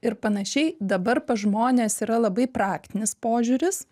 ir panašiai dabar pas žmones yra labai praktinis požiūris